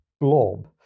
blob